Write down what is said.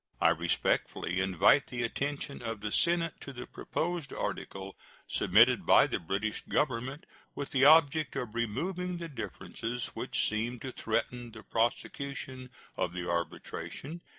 i respectfully invite the attention of the senate to the proposed article submitted by the british government with the object of removing the differences which seem to threaten the prosecution of the arbitration,